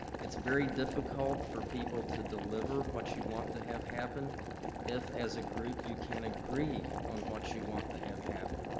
it's very difficult for people to deliver what you want to have happen if as a group can't agree on what you want to have happen.